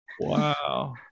Wow